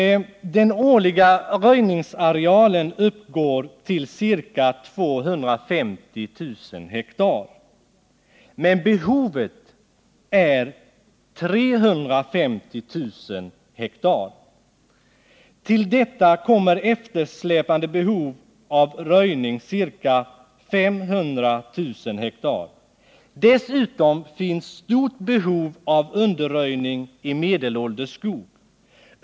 Den årliga röjningsarealen uppgår till ca 250 000 ha, men behovet är 350 000 ha. Till detta kommer eftersläpande behov av röjning, ca 500 000 ha. Dessutom finns stort behov av underröjning i medelålders skog.